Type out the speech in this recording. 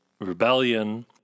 rebellion